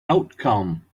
outcome